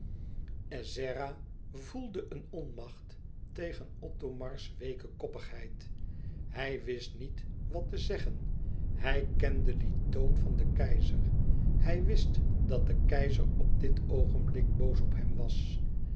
ezzera voelde een onmacht tegen othomars weeke koppigheid hij wist niet wat te zeggen hij kende dien toon van den keizer hij wist dat de keizer op dit oogenblik boos op hem was